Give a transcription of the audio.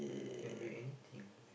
can be anything